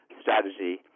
strategy